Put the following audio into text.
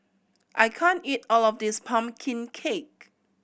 I can't eat all of this pumpkin cake